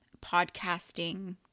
podcasting